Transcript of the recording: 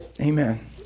Amen